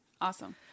Awesome